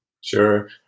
Sure